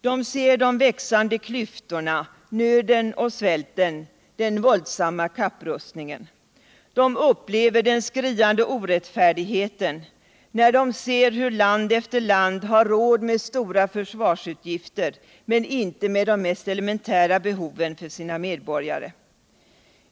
De ser de växande klyftorna, nöden och svälten, den våldsamma kapprustningen. De upplever den skriande orävtfärdigheten när de ser hur land efter land har råd med stora lörsvarsutgifter men inte med de mest elementära behoven för sina medborgare.